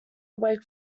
awake